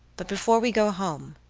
but before we go home,